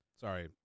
Sorry